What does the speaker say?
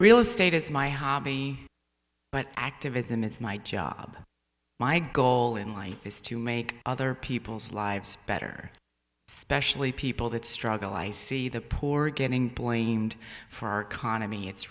real estate is my hobby but activism is my job my goal in life is to make other people's lives better specially people that struggle i see the poor getting blamed for our economy it's